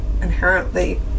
inherently